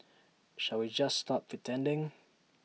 shall we just stop pretending